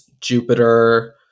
Jupiter